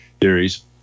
theories